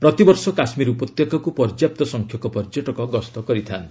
ପ୍ରତିବର୍ଷ କାଶ୍ମୀର ଉପତ୍ୟକାକୁ ପର୍ଯ୍ୟାପ୍ତ ସଂଖ୍ୟକ ପର୍ଯ୍ୟଟକ ଗସ୍ତ କରିଥାଆନ୍ତି